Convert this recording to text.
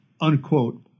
unquote